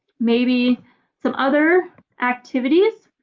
maybe some other activities,